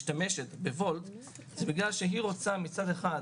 משתמשת בוולט בגלל שהיא רוצה, מצד אחד,